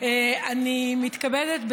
אני מתכבדת,